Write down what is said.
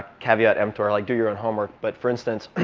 caveat emptor. like do your own homework. but for instance,